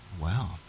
Wow